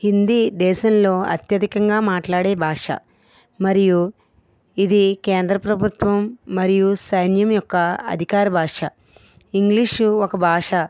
హిందీ దేశంలో అత్యధికంగా మాట్లాడే భాష మరియు ఇది కేంద్ర ప్రభుత్వం మరియు సైన్యం యొక్క అధికార భాష ఇంగ్లీషు ఒక భాష